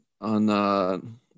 on